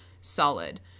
solid